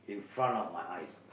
in front of my eyes